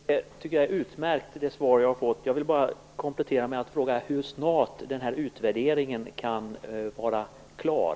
Fru talman! Det är ett utmärkt svar jag här fått. Jag vill bara ställa en kompletterande fråga: Hur snart kan den här utvärderingen vara klar?